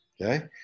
Okay